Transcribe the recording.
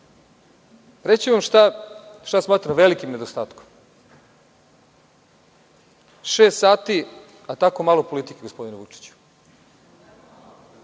ću vam šta smatram velikim nedostatkom. Šest sati, a tako malo politike, gospodine Vučiću.